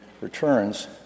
returns